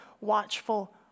watchful